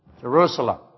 Jerusalem